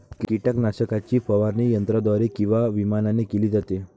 कीटकनाशकाची फवारणी यंत्राद्वारे किंवा विमानाने केली जाते